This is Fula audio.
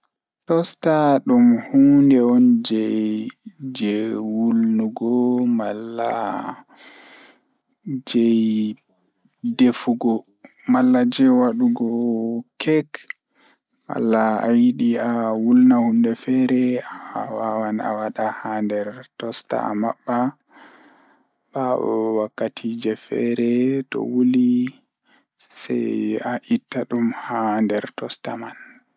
Toaster o waɗa naŋŋude fiyaangu sabu rewɓe laawol hoore sabu rewɓe njiddaade fiyaangu. Ko laawol ngal, rewɓe hoore nder fiyaangu, rewɓe fayi sabu fiyaangu fiyaangu sabu. O taara nder fiyaangu ngal e njiddaade sabu. O fiyaangu, o njiddaade e njamaaji ngal, sabu hoore sabu nder.